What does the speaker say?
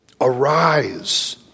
Arise